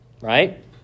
right